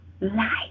life